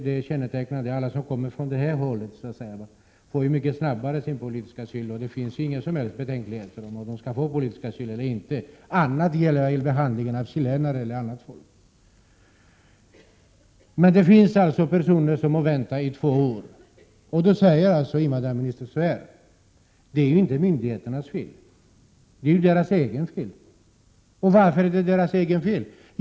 Det är kännetecknande, alla som kommer från det hållet får mycket snabbare än andra politisk asyl. Det är inga som helst betänkligheter inför om de skall få politisk asyl eller inte. Annat är det med behandlingen av chilenare m.fl. Men det finns alltså personer som får vänta i två år. Och då säger invandrarministern: Det är inte myndigheternas fel — det är ju deras eget fel. Och varför är det deras eget fel?